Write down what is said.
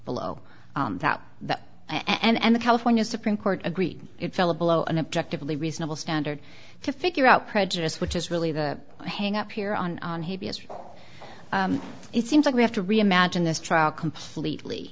below that the and the california supreme court agreed it fell a below an objective a reasonable standard to figure out prejudice which is really the hang up here on because it seems like we have to reimagine this trial completely